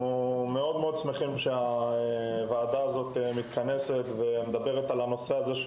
אנחנו מאוד שמחים שהוועדה הזו מתכנסת על מנת לדבר על הנושא הזה,